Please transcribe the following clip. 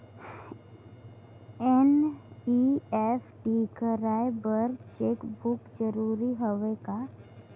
NEFT कराय बर cheque book जरूरी हवय का?